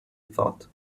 thought